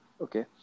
Okay